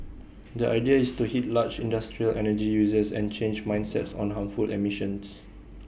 the idea is to hit large industrial energy users and change mindsets on harmful emissions